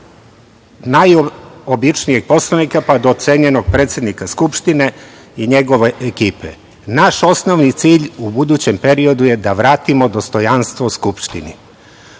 najobičnijeg poslanika, pa do cenjenog predsednika Skupštine i njegove ekipe. Naš osnovni cilj u budućem periodu je je da vratimo dostojanstvo Skupštini. Hteli